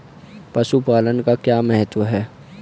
पशुपालन का क्या महत्व है?